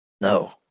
No